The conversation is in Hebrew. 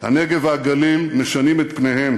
הנגב והגליל משנים את פניהם.